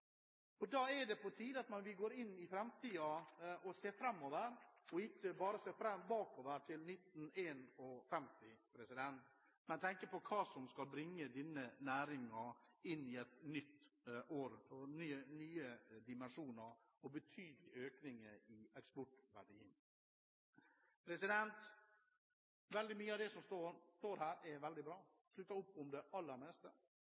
Da er det på tide at vi går inn i framtiden og ser framover – ikke bare ser bakover til 1951, men tenker på hva som kan bringe denne næringen inn i et nytt år med nye dimensjoner og betydelig økning i eksportverdien. Veldig mye av det som står her, er veldig bra. Jeg slutter opp om det aller meste.